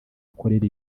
akorera